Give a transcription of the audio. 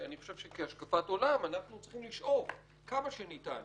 אני חושב שכהשקפת עולם אנחנו צריכים לשאוף כמה שניתן